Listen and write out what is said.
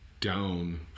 down